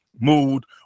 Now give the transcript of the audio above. mood